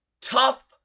tough